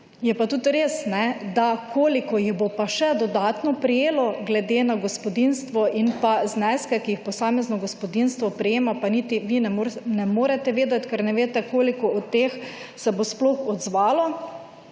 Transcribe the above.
Je pa tudi res, da koliko jih bo pa še dodatno prejelo glede na gospodinjstvo in pa zneske, ki jih posamezno gospodinjstvo prejema pa niti vi ne morete vedeti, ker ne veste koliko od teh se bo sploh odzvalo,